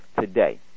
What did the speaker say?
today